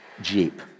jeep